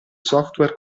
software